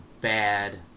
bad